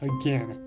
again